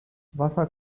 wasza